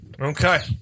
Okay